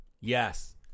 Yes